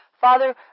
Father